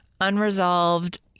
unresolved